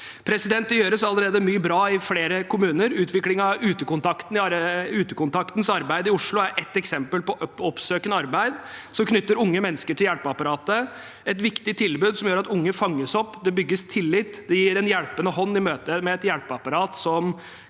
nivåer. Det gjøres allerede mye bra i flere kommuner. Utviklingen av utekontaktenes arbeid i Oslo er ett eksempel på oppsøkende arbeid som knytter unge mennesker til hjelpeapparatet. Dette er et viktig tilbud som gjør at unge fanges opp, det bygges tillit, og det gir en hjelpende hånd i møte med et hjelpeapparat som